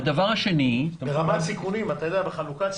בחלוקת סיכונים.